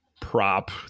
prop